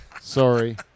Sorry